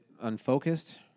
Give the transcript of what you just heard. unfocused